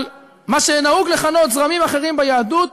אבל מה שנהוג לכנות זרמים אחרים ביהדות,